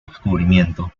descubrimiento